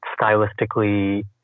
stylistically